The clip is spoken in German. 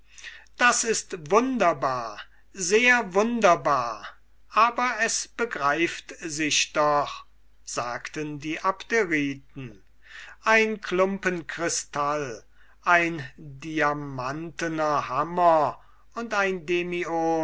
das ist wunderbar sehr wunderbar aber es begreift sich doch sagten die abderiten ein klumpen krystall ein diamantner hammer und ein